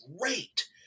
great